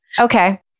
Okay